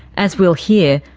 as we'll hear,